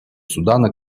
судана